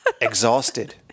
exhausted